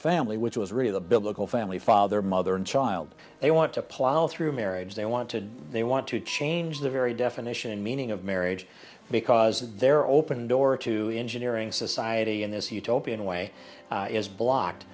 family which was really the biblical family father mother and child they want to plow through marriage they want to they want to change the very definition and meaning of marriage because of their open door to engineering society and this utopian way is blocked